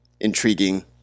intriguing